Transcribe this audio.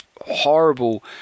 horrible